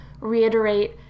reiterate